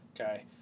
Okay